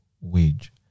wage